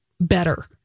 better